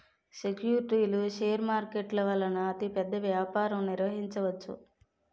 సెక్యూరిటీలు షేర్ మార్కెట్ల వలన అతిపెద్ద వ్యాపారం నిర్వహించవచ్చు